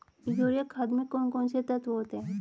Urea खाद में कौन कौन से तत्व होते हैं?